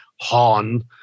Han